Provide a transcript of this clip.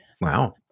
Wow